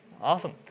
Awesome